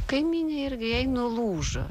kaimynė irgi jai nulūžo